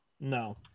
No